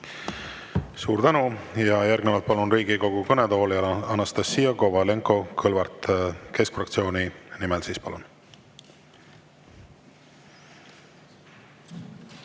Suur tänu! Järgnevalt palun Riigikogu kõnetooli Anastassia Kovalenko-Kõlvarti keskfraktsiooni nimel. Kolm